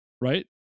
Right